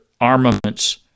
armaments